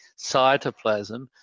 cytoplasm